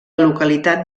localitat